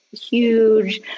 huge